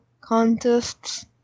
contests